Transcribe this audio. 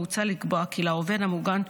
מוצע לקבוע כי לעובד המוגן,